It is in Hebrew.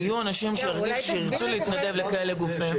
יהיו אנשים שירצו להתנדב לכאלה גופים.